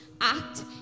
act